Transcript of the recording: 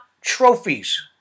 trophies